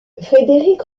frédéric